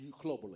globally